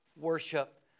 worship